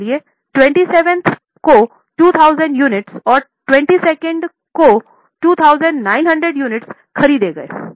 इसलिए27 तारीख पर 2000 यूनिट्स और 22 तारीख पर 2900 खरीदे गए